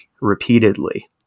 repeatedly